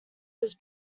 his